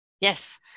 Yes